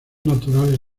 naturales